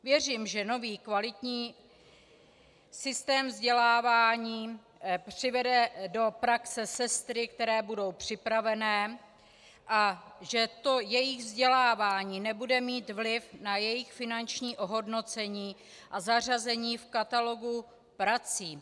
Věřím, že nový kvalitní systém vzdělávání přivede do praxe sestry, které budou připravené, a že to jejich vzdělávání nebude mít vliv na jejich finanční ohodnocení a zařazení v katalogu prací.